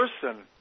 person